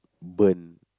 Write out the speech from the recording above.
burnt